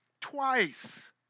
twice